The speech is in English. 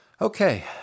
Okay